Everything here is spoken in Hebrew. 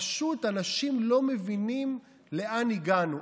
פשוט אנשים לא מבינים לאן הגענו.